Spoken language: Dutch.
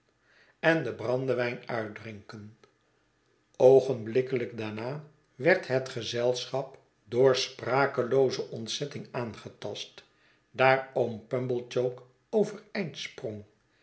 en den brandewijn uitdrinken oogenblikkelijk daarna werd het gezelschap door sprajkelooze ontzetting aangetast daar oom pumblechook